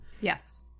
Yes